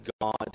God